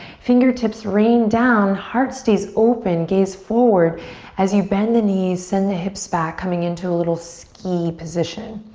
fingertips rain down. heart stays open. gaze forward as you bend the knees, send the hips back coming into a little ski position.